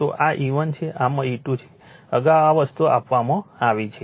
તો આ E1 છે આમાં E2 છે અગાઉ આ વસ્તુ આપવામાં આવી છે